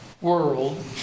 world